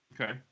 Okay